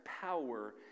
power